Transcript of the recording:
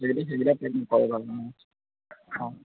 অঁ